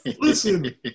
listen